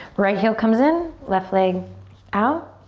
right heel comes in, left leg out.